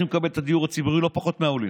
לקבל את הדיור הציבורי לא פחות מהעולים.